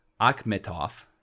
Akhmetov